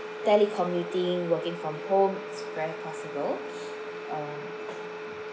telecommuting working from home is very possible um